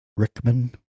Rickman